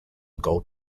gold